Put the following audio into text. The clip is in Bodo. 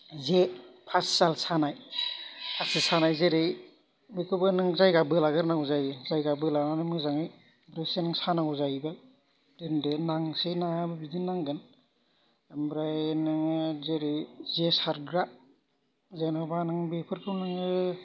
जे फासिजाल सानाय फासि सानाय जेरै बेखौबो नों जायगा बोलागोरनांगौ जायो जायगा बोलानानै मोजाङै दसे नों सानांगौ जायो दोन्दो नांसै नाङा बे बिदिनो नांगोन ओमफ्राय नोङो जेरै जे सारग्रा जेनेबा नों बेफोरखौ नोङो